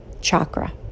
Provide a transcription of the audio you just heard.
chakra